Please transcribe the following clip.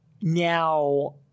Now